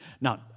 Now